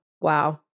wow